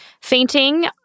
Fainting